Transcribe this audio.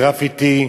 גרפיטי,